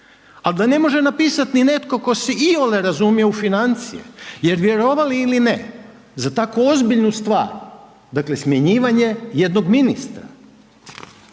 al da ne može napisat ni netko tko se iole razumije u financije jer vjerovali ili ne za tako ozbiljnu stvar, dakle smjenjivanje jednog ministra,